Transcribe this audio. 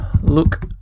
Look